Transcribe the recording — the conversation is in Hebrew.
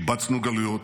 קיבצנו גלויות,